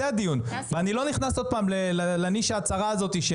זה הדיון, ואני לא נכנס לנישה הצרה הזאת.